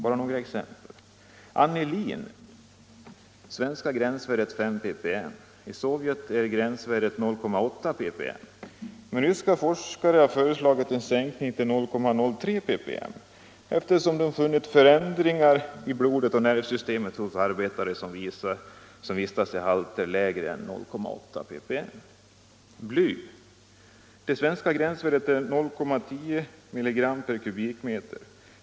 Anilin: Svenskt gränsvärde 5 ppm. I Sovjet är gränsvärdet 0,8 ppm, men ryska forskare har föreslagit en sänkning till 0,03 ppm eftersom de funnit förändringar i blodet och nervsystemet hos arbetare som vistas i halter lägre än 0,8 ppm. Bly: Det svenska gränsvärdet är 0,10 mg/m”.